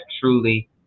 truly